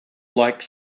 like